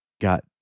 got